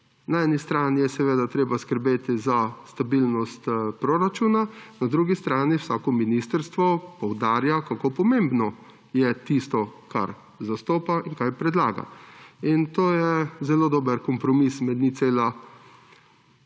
Na eni strani je seveda treba skrbeti za stabilnost proračuna, na drugi strani vsako ministrstvo poudarja, kako pomembno je tisto, kar zastopa in kar predlaga. In to je zelo dober kompromis med 0,5